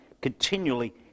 continually